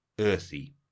Earthy